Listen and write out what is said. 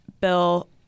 bill